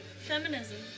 feminism